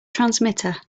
transmitter